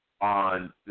On